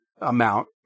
amount